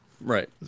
right